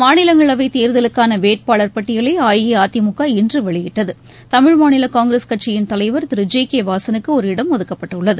மாநிலங்களவை தேர்தலுக்கான வேட்பாளர் பட்டியலை அஇஅதிமுக இன்று வெளியிட்டதுதமிழ் மாநில காங்கிரஸ் கட்சியின் தலைவா் திரு ஜி கே வாசனுக்கு ஒரு இடம் ஒதுக்கப்பட்டுள்ளது